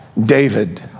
David